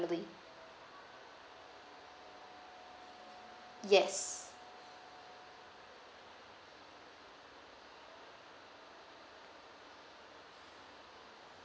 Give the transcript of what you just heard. ~ily yes